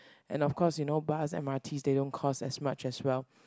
and of course you know bus M_R_T they don't cost as much as well